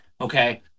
Okay